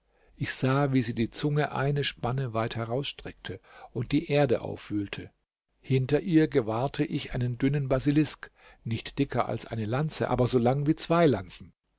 ich sah wie sie die zunge eine spanne weit herausstreckte und die erde aufwühlte hinter ihr gewahrte ich einen dünnen basilisk nicht dicker als eine lanze aber so lang wie zwei lanzen